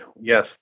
yes